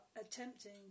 attempting